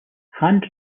hand